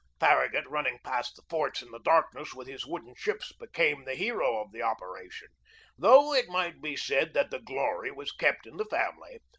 farragut running past the forts in the darkness with his wooden ships became the hero of the operation though it might be said that the glory was kept in the family,